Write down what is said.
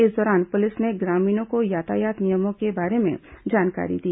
इस दौरान पुलिस ने ग्रामीणों को यातायात नियमों के बारे में जानकारी दी